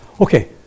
Okay